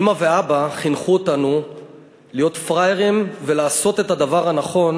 אימא ואבא חינכו אותנו להיות פראיירים ולעשות את הדבר הנכון,